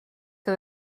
que